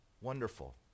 Wonderful